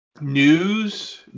news